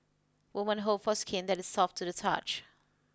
women hope for skin that is soft to the touch